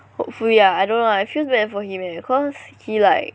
hopefully ah I don't know lah feels bad for him eh cause he like